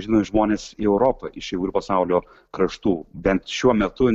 žinomi žmonės į europą iš įvairių pasaulio kraštų bent šiuo metu